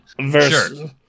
Versus